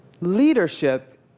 Leadership